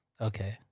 Okay